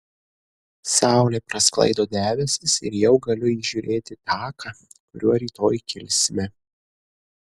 saulė prasklaido debesis ir jau galiu įžiūrėti taką kuriuo rytoj kilsime